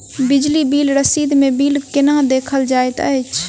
बिजली बिल रसीद मे बिल केना देखल जाइत अछि?